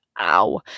ow